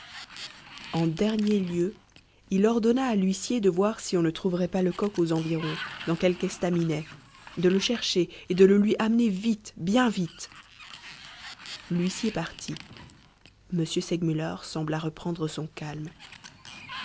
en dernier lieu il ordonna à l'huissier de voir si on ne trouverait pas lecoq aux environs dans quelque estaminet de le chercher et de le lui amener vite bien vite l'huissier parti m segmuller sembla reprendre son calme